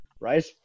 right